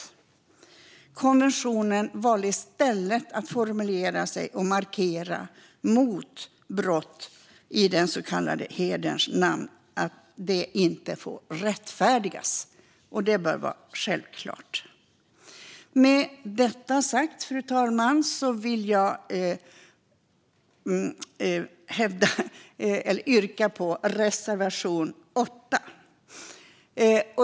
I konventionen valde man i stället formuleringar och markeringar om att brott i den så kallade hederns namn inte får rättfärdigas. Detta bör vara självklart. Med detta sagt, fru talman, vill jag yrka bifall till reservation 8.